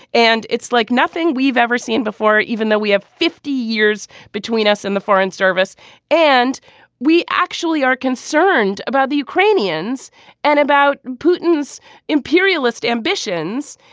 and it's like nothing we've ever seen before even though we have fifty years between us and the foreign service and we actually are concerned about the ukrainians and about putin's imperialist ambitions.